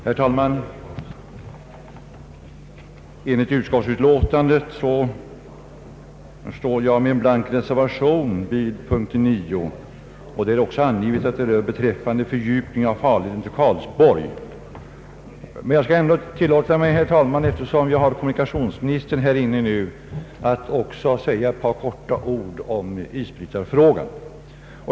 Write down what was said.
Herr talman! Som framgår av utlåtandet har jag antecknat en blank reservation vid punkt 9, och det är också angivet att den rör fördjupning av farleden till Karlsborg. Men, herr talman, eftersom kommunikationsministern befinner sig i kammaren skall jag tilllåta mig att också i korthet anföra något om isbrytarfrågan.